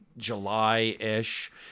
July-ish